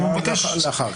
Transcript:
אחר,